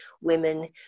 women